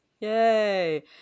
Yay